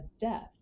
death